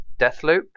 Deathloop